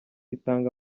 itanga